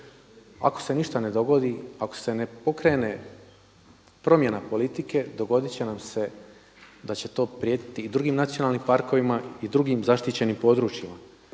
Ako se ništa ne dogodi, ako se ne pokrene promjena politike dogodit će nam se da će to prijetiti i drugim nacionalnim parkovima i drugim zaštićenim područjima.